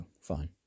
fine